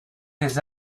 les